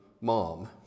Mom